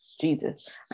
jesus